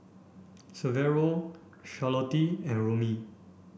Severo Charlottie and Romie